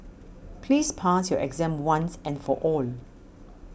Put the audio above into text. please pass your exam once and for all